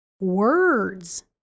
words